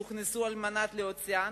שהוכנסו על מנת להוציאן,